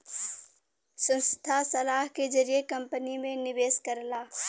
संस्था सलाह के जरिए कंपनी में निवेश करला